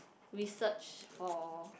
research for